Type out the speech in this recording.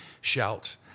shout